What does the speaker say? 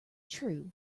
true